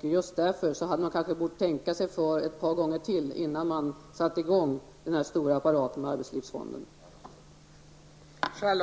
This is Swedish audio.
Just därför borde man kanske ha tänkt sig för ytterligare ett par gånger innan man satte i gång verksamheten med den stora apparat som arbetslivsfonden utgör.